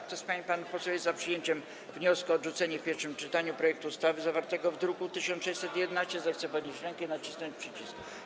Kto z pań i panów posłów jest za przyjęciem wniosku o odrzucenie w pierwszym czytaniu projektu ustawy zawartego w druku nr 1611, zechce podnieść rękę i nacisnąć przycisk.